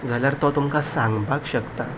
जाल्यार तो तुमकां सांगपाक शकता